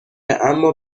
اما